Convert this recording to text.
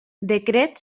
decret